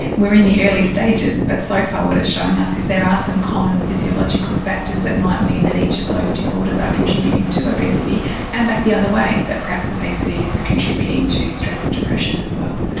we're in the early stages, but so far what it's showing us is there are some common physiological factors that might mean that each of those disorders are contributing to obesity and back the other way, that perhaps obesity is contributing to stress and depression as well.